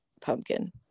pumpkin